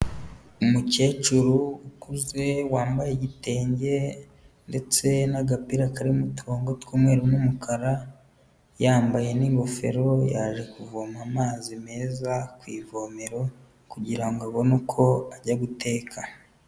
Umukecuru ukuze wambaye igitenge ndetse n'agapira kari mu turongo tw'umweru n'umukara, yambaye n'ingofero yaje kuvoma amazi meza ku ivomero kugirango abone uko ajya guteka.